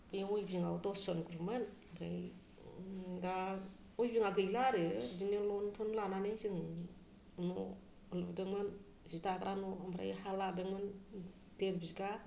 बे उइभिं आव दसजन ग्रुप मोन ओमफ्राय दा उइभिं आ गैला आरो बिदिनो लन थन लानानै जों न' लुदोंमोन जि दाग्रा न' लुदोंमोन ओमफ्राय हा लादोंमोन देर बिगा